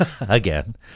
again